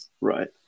Right